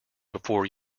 before